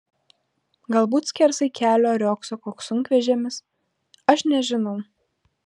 galbūt skersai kelio riogso koks sunkvežimis aš nežinau